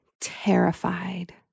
terrified